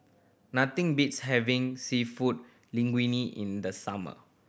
nothing beats having Seafood Linguine in the summer